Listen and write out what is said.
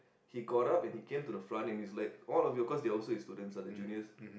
he got up and he came to the front and he's like all of you cause they were also his students ah the juniors